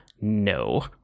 No